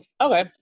Okay